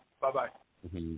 Bye-bye